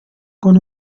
con